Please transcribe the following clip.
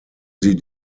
sie